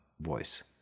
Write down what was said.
voice